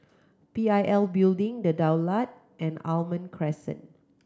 P I L Building The Daulat and Almond Crescent